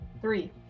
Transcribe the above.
Three